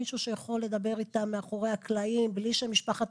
מישהו שיכול לדבר איתם מאחורי הקלעים בלי שמשפחת